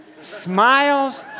smiles